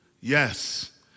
Yes